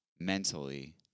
mentally